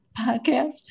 podcast